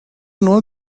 know